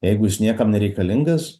jeigu jis niekam nereikalingas